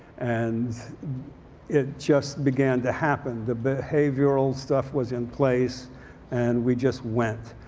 and it just began to happen. the behavioral stuff was in place and we just went.